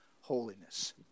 holiness